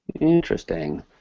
Interesting